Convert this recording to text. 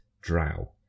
Drow